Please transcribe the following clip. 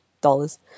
dollars